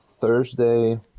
Thursday